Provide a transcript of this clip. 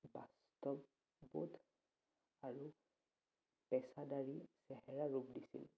বাস্তৱবোধ আৰু পেচাদাৰী চেহেৰা ৰূপ দিছিল